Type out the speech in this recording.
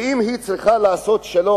ואם היא צריכה לעשות שלום,